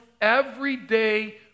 everyday